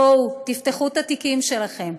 בואו, תפתחו את התיקים שלכם.